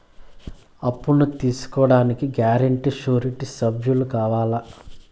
అప్పును తీసుకోడానికి guarantee, surety సభ్యులు కావాలా?